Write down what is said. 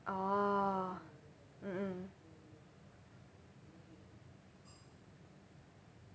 orh mm mm